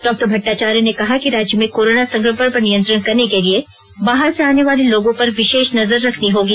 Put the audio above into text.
doctor Bhattacharya ने कहा कि राज्य में कोरोना संकमण पर नियंत्रण करने के लिए बाहर से आने वाले लोगों पर विशेष नजर रखनी होगी